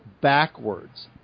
backwards